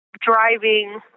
driving